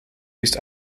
east